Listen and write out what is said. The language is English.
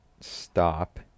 stop